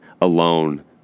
alone